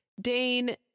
Dane